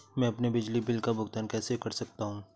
मैं अपने बिजली बिल का भुगतान कैसे कर सकता हूँ?